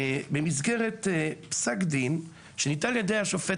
במסגרת פסק דין שניתן על ידי השופט